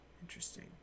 Interesting